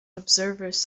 observers